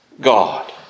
God